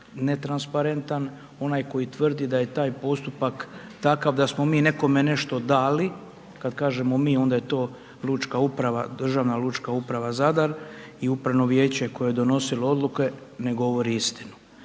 netransparentan, onaj koji tvrdi da je taj postupak takav da smo mi nekome nešto dali, kad kažemo mi, onda je to Državna lučka uprava Zadar i upravno vijeće koje je donosilo odluke, ne govori istinu.